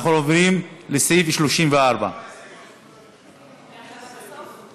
אנחנו עוברים לסעיף 34. אין הסתייגויות.